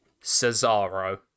Cesaro